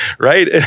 right